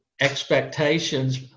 expectations